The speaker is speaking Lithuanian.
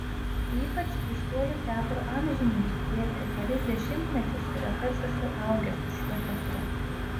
ypač keistuolių teatro amžininkų kurie per kelis dešimtmečius yra tarsi suaugę su šiuo teatru